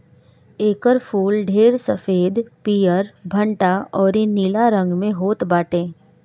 एकर फूल ढेर सफ़ेद, पियर, भंटा अउरी नीला रंग में होत बाटे